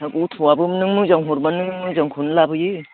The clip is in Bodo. गथ'आबो नों मोजां हरब्लानो मोजांखौनो लाबोयो